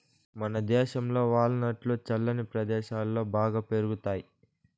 మనదేశంలో వాల్ నట్లు చల్లని ప్రదేశాలలో బాగా పెరుగుతాయి